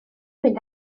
mynd